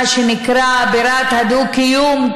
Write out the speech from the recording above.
מה שנקרא בירת הדו-קיום,